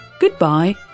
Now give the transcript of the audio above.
Goodbye